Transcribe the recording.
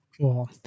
Cool